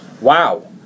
Wow